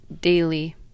daily